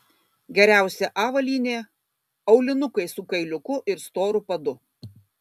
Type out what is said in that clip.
geriausia avalynė aulinukai su kailiuku ir storu padu